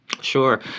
Sure